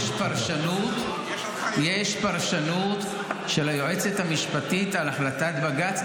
יש פרשנות של היועצת המשפטית על החלטת בג"ץ.